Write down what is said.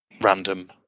random